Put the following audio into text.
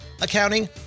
accounting